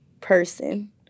person